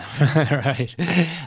Right